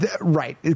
right